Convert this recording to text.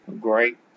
great